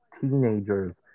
teenagers